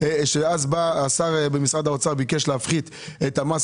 אז בא השר במשרד האוצר וביקש להפחית את המס